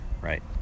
Right